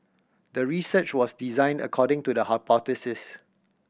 the research was designed according to the hypothesis